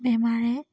বেমাৰে